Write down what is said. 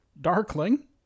Darkling